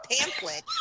pamphlet